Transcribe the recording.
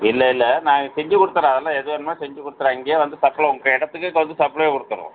இல்லை இல்லை நாங்கள் செஞ்சுக் கொடுத்தர்றோம் அதெல்லாம் எது வேணுமோ செஞ்சுக் கொடுத்தர்லாம் இங்கேயே வந்து பர்ஸ்னலாக உங்கே இடத்துக்கே வந்து சப்ளை கொடுத்தர்றோம்